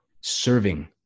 serving